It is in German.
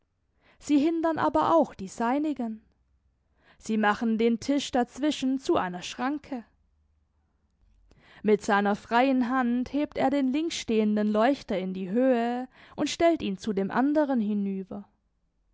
sie hindern aber auch die seinigen sie machen den tisch dazwischen zu einer schranke mit seiner freien hand hebt er den links stehenden leuchter in die höhe und stellt ihn zu dem anderen hinüber